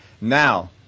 Now